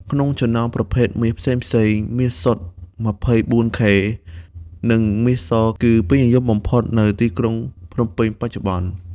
ក្នុងចំណោមប្រភេទមាសផ្សេងៗ មាសសុទ្ធ ២៤ ខេ និងមាសស គឺពេញនិយមបំផុតនៅទីក្រុងភ្នំពេញបច្ចុប្បន្ន។